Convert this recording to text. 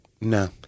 No